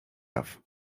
jaw